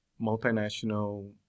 multinational